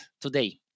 today